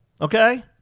okay